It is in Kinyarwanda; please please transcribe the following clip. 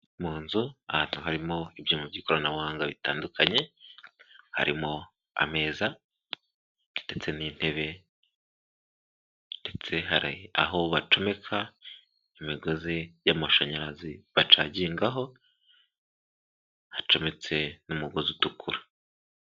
Mu nzu ahantu harimo ibyuma by'ikoranabuhanga bitandukanye harimo ameza ndetse n'intebe, ndetse hari aho bacomeka imigozi y'amashanyarazi bacagingaho hacometse n'umugozi utukura.